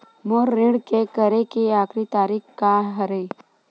मोर ऋण के करे के आखिरी तारीक का हरे?